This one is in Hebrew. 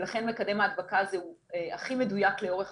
לכן מקדם ההדבקה הזה הוא הכי מדויק לאורך